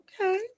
Okay